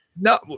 No